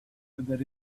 that